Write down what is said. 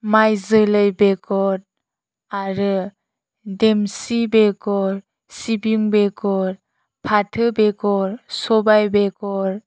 माय जोलै बेगर आरो देमसि बेगर सिबिं बेगर फाथो बेगर सबाइ बेगर